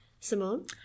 Simone